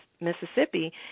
Mississippi